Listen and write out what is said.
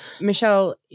Michelle